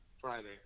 Friday